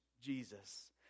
Jesus